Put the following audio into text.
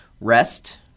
rest